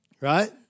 Right